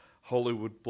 Hollywood